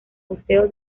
museo